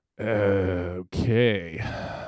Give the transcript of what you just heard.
Okay